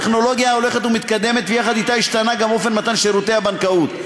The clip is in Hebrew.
הטכנולוגיה הולכת ומתקדמת ויחד אתה השתנה גם אופן מתן שירותי הבנקאות.